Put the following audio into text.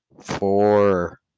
Four